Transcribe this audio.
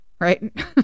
right